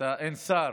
אין שר.